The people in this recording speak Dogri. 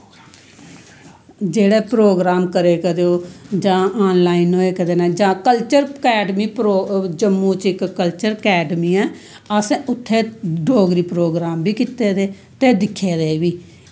जेह्ड़ा प्रोगराम करा करेओ जां ऑन लाईन होए जां कल्चर कैड़मी जम्मू च इक कल्चर कैडमी ऐ असें उत्थै डोगरी प्रोगरॉम बी कीते दे ते दिक्खे दे बी